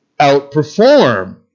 outperform